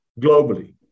globally